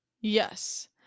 Yes